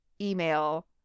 email